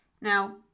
Now